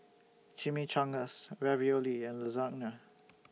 Chimichangas Ravioli and Lasagna